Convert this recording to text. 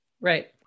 Right